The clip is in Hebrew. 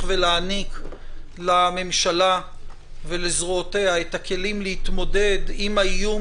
ולהעניק לממשלה ולזרועותיה את הכלים להתמודד עם האיום